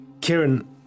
Kieran